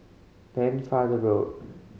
Pennefather Road